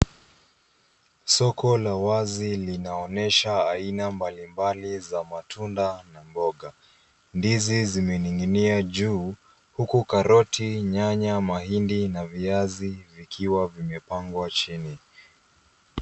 Soko la wazi linaonyesha aina mbalimbali za matunda na mboga. Ndizi zimenin'ginia juu huku karoti, nyanya, mahindi na viazi vikiwa vimepangwa chini.